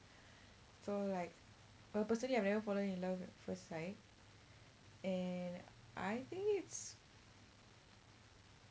so like err personally I've never fallen in love at first sight and I think it's